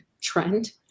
trend